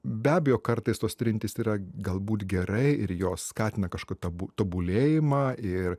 be abejo kartais tos trintys yra galbūt gerai ir jos skatina kažkok tabu tobulėjimą ir